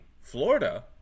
florida